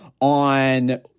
on